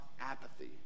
apathy